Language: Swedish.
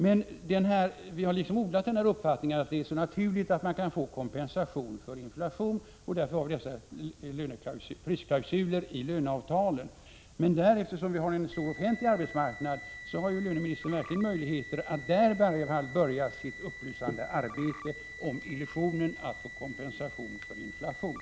Men vi har i Sverige odlat uppfattningen att det är naturligt att få kompensation för inflation, och därför har vi fått dessa prisklausuler i löneavtalen. Eftersom vi har en stor offentlig arbetsmarknad har löneministern verkligen möjligheter att där börja sitt upplysande arbete om illusionen att få kompensation för inflation.